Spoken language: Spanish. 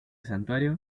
santuario